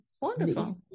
Wonderful